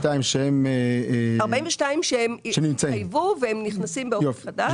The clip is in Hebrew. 42 התחייבו ונכנסים לאופק חדש.